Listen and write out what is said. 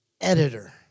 editor